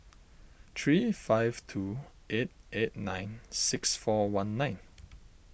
three five two eight eight nine six four one nine